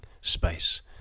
space